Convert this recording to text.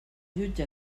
jutge